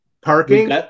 parking